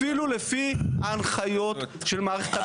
אפילו לפי ההנחיות של מערכת הביטחון,